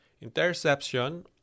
Interception